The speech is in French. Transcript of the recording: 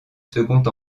second